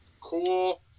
Cool